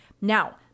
Now